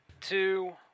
two